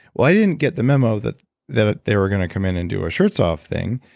well i didn't get the memo that that ah they were going to come in and do a shirts off thing,